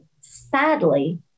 sadly